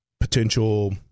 potential